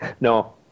no